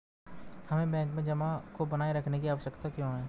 हमें बैंक में जमा को बनाए रखने की आवश्यकता क्यों है?